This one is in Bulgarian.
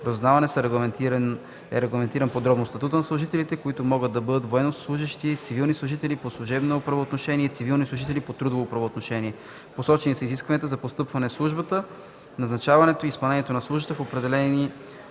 разузнаване е регламентиран подробно статутът на служителите, които могат да бъдат военнослужещи, цивилни служители по служебно правоотношение и цивилни служители по трудово правоотношение. Посочени са изискванията за постъпване в службата, назначаването и изпълнението на службата. Определени